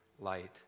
light